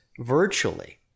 virtually